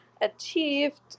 achieved